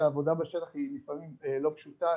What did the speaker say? שהעבודה בשטח היא לפעמים לא פשוטה,